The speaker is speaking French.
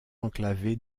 enclavée